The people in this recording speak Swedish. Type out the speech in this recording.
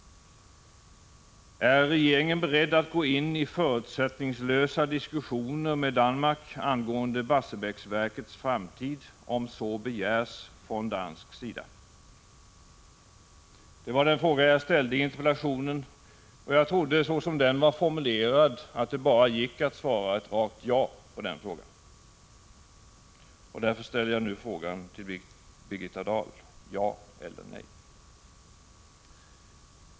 Är regeringen beredd att gå in i förutsättningslösa diskussioner med Danmark angående Barsebäcksverkets framtid om så begärs från dansk sida? Det var den fråga jag ställde i interpellationen och jag trodde att, som den var formulerad, gick det bara att svara ett rakt ja på den frågan. Därför ställer jag nu frågan till Birgitta Dahl: Ja eller nej?